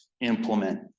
implement